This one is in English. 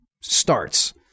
starts